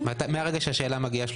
30 יום מהרגע שהשאלה מגיעה.